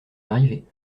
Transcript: arrivés